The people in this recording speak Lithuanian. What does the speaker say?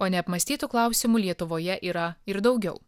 o neapmąstytų klausimų lietuvoje yra ir daugiau